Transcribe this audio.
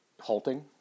halting